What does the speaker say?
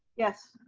yes.